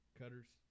cutters